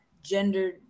gender